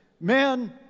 Men